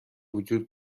وجود